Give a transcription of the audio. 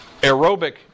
aerobic